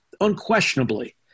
unquestionably